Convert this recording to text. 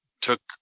took